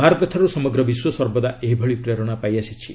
ଭାରତଠାରୁ ସମଗ୍ର ବିଶ୍ୱ ସର୍ବଦା ଏହିଭଳି ପ୍ରେରଣା ପାଇ ଆସିଛି